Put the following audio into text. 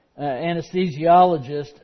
anesthesiologist